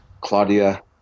Claudia